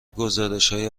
گزارشهای